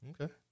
Okay